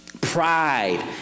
Pride